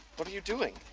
what are you doing?